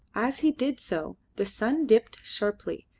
as he did so the sun dipped sharply,